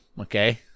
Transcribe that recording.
okay